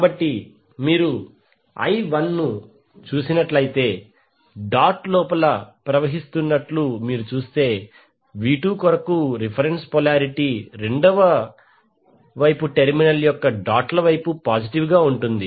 కాబట్టి మీరు current i1 చూసినట్లయితే డాట్ లోపల ప్రవహిస్తున్నట్లు మీరు చూస్తే v2 కొరకు రిఫరెన్స్ పొలారిటీ రెండవ వైపు టెర్మినల్ యొక్క డాట్ ల వైపు పాసిటివ్ గా ఉంటుంది